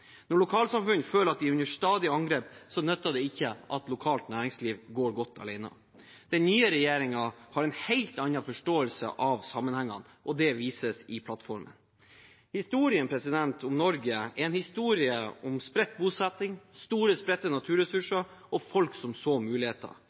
Når lokalsamfunn føler at de stadig er under angrep, nytter det ikke at lokalt næringsliv går godt alene. Den nye regjeringen har en helt annen forståelse av sammenhengene, og det vises i plattformen. Historien om Norge er en historie om spredt bosetting, store, spredte